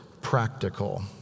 practical